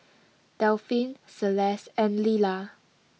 Delphin Celeste and Lilla